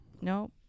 No